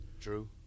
True